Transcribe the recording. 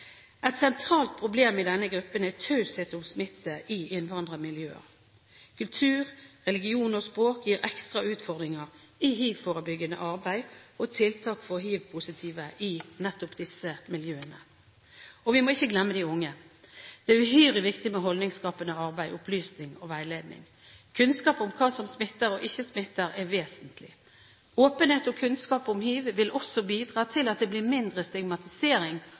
Et sentralt problem i denne gruppen er taushet om smitte i innvandrermiljøer. Kultur, religion og språk gir ekstra utfordringer i hivforebyggende arbeid og tiltak for hivpositive i nettopp disse miljøene. Vi må ikke glemme de unge. Det er uhyre viktig med holdningsskapende arbeid, opplysning og veiledning. Kunnskap om hva som smitter og ikke smitter, er vesentlig. Åpenhet og kunnskap om hiv vil også bidra til at det blir mindre stigmatisering